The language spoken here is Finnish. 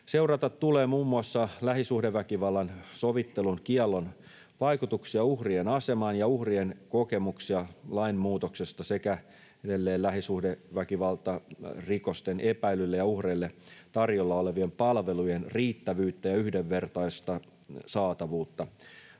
Seurata tulee muun muassa lähisuhdeväkivallan sovittelun kiellon vaikutuksia uhrien asemaan ja uhrien kokemuksia lainmuutoksesta sekä edelleen lähisuhdeväkivaltarikosten epäillyille ja uhreille tarjolla olevien palvelujen riittävyyttä ja yhdenvertaista saatavuutta,